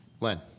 Len